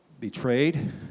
betrayed